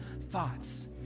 thoughts